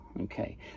okay